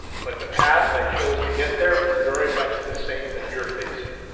but the path i chose to get there is very much the same that you're facing.